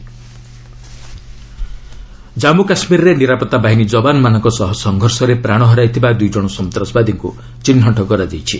JK terrorist killed Jammu କାଶ୍ମୀରରେ ନିରାପତ୍ତା ବାହିନୀ ଯବାନମାନଙ୍କ ସହ ସଂଘର୍ଷରେ ପ୍ରାଣ ହରାଇଥିବା ଦୁଇ ଜଣ ସନ୍ତାସବାଦୀଙ୍କୁ ଚିହ୍ନଟ କରାଯାଇଛି